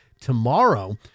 tomorrow